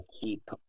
keep